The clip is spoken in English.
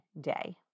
day